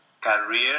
career